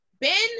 Ben